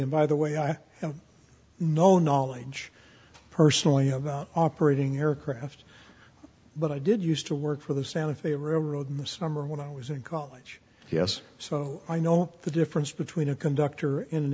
and by the way i have no knowledge personally about operating aircraft but i did used to work for the santa fe river road in the summer when i was in college yes so i know the difference between a conductor in an